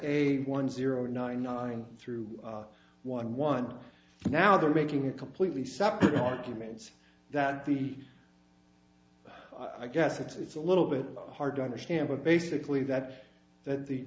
a one zero nine nine through one one now they're making a completely separate documents that the i guess it's a little bit hard to understand but basically that that the